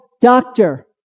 doctor